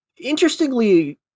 Interestingly